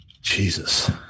Jesus